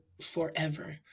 forever